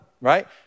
right